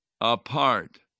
apart